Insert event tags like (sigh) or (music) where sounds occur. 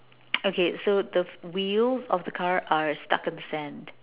(noise) okay so the wheels of the car are stuck in the sand